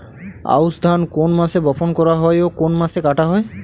আউস ধান কোন মাসে বপন করা হয় ও কোন মাসে কাটা হয়?